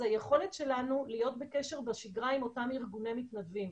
אז היכולת שלנו להיות בקשר בשגרה עם אותם ארגוני מתנדבים,